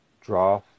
Draw